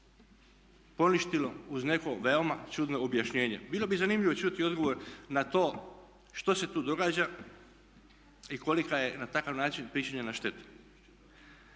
poništilo uz neko veoma čudno objašnjenje. Bilo bi zanimljivo čuti odgovor na to što se tu događa i kolika je na takav način pričinjena šteta.